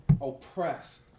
oppressed